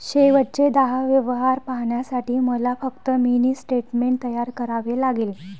शेवटचे दहा व्यवहार पाहण्यासाठी मला फक्त मिनी स्टेटमेंट तयार करावे लागेल